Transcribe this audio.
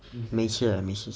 没事啦没事